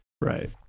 Right